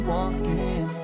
walking